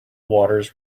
waters